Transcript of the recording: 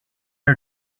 are